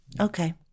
Okay